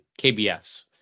KBS